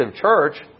church